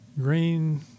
green